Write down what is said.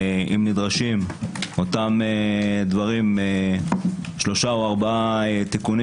אם נדרשים אותם שלושה או ארבעה תיקונים